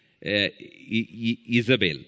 Isabel